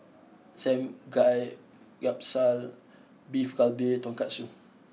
Samgyeopsal Beef Galbi Tonkatsu